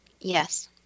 Yes